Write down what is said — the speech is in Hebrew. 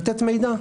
לתת מידע.